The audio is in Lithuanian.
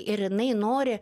ir jinai nori